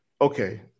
okay